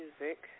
music